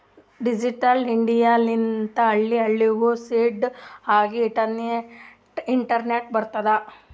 digital India ಲಿಂತೆ ಹಳ್ಳಿ ಹಳ್ಳಿಗೂ ಸ್ಪೀಡ್ ಆಗಿ ಇಂಟರ್ನೆಟ್ ಬರ್ತುದ್